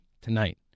tonight